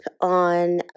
on